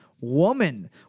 woman